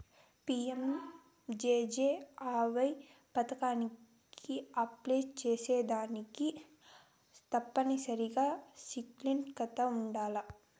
PMJJAY పదకానికి apply సేసేదానికి తప్పనిసరిగా సేవింగ్స్ కాతా ఉండాల్ల